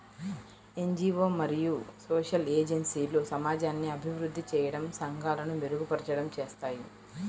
NGO మరియు social ఏజెన్సీలు సమాజాన్ని అభివృద్ధి చేయడం, సంఘాలను మెరుగుపరచడం చేస్తాయి